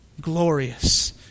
glorious